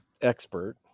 expert